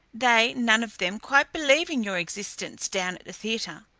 they none of them quite believe in your existence down at the theatre.